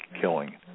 killing